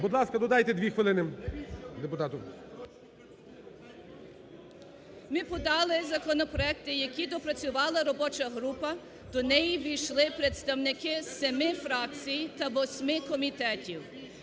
Будь ласка, додайте 2 хвилини депутату. СУПРУН У.Н. Ми подали законопроекти, які доопрацювала робоча група, до неї увійшли представники з 7 фракцій та 8 комітетів.